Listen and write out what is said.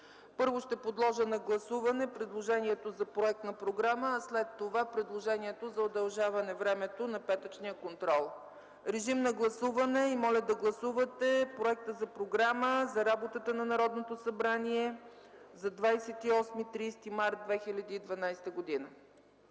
Първо ще подложа на гласуване предложението за проект на програма, а след това – предложението за удължаване времето на петъчния контрол. Моля да гласувате Проекта за програма за работа на Народното събрание за 28-30 март 2012 г.